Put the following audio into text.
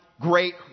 great